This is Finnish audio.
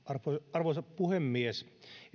arvoisa puhemies